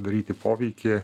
daryti poveikį